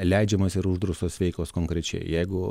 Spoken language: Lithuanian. leidžiamos ir uždraustos veiklos konkrečiai jeigu